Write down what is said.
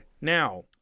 now